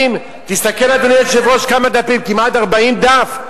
תסתכל, אדוני היושב-ראש, כמה דפים, כמעט 40 דף.